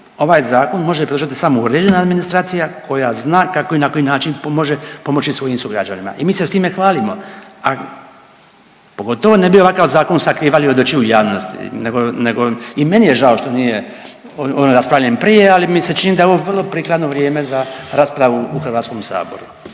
Ovaj zakon može pružiti samo uređena administracija koja zna kako i na koji način pomaže, pomoći svojim sugrađanima i mi se s time hvalimo, a pogotovo ne bi ovakav zakon sakrivali od očiju javnosti nego, nego i meni je žao što nije on raspravljen prije, ali mi se čini da je ovo vrlo prikladno vrijeme za raspravu u HS. **Sanader,